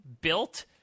built –